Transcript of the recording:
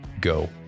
go